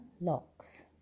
locks